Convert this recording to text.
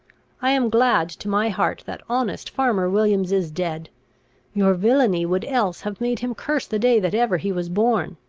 i am glad to my heart that honest farmer williams is dead your villainy would else have made him curse the day that ever he was born.